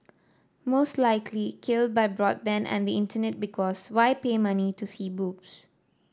most likely killed by broadband and the Internet because why pay money to see boobs